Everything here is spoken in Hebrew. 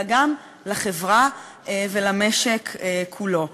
אלא גם על החברה והמשק כולו.